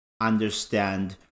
understand